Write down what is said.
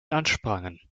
ansprangen